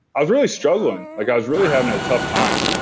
i was really struggling. like i was really having a tough time.